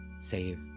save